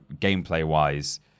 gameplay-wise